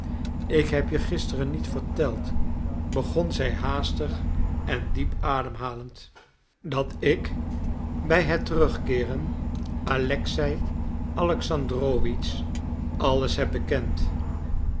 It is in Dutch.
ik heb je gisteren niet verteld begon zij haastig en diep ademhalend dat ik bij het terugkeeren alexei alexandrowitsch alles heb bekend